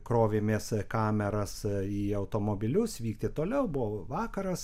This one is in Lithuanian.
krovėmės kameras į automobilius vykti toliau buvo vakaras